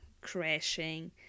crashing